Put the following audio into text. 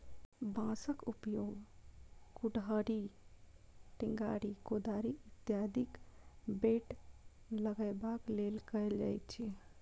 बाँसक उपयोग कुड़हड़ि, टेंगारी, कोदारि इत्यादिक बेंट लगयबाक लेल कयल जाइत अछि